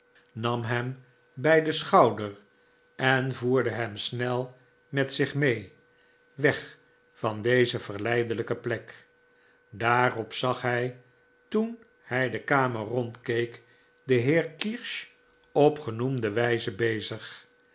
nam hem bij den schouder en voerde hem snel met zich mee weg van deze verleidelijke plek daarop zag hij toen hij de kamer rondkeek den heer kirsch op genoemde wijze bezig